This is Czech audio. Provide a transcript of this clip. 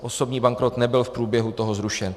Osobní bankrot nebyl v průběhu toho zrušen.